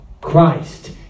Christ